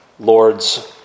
Lord's